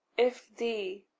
if thee,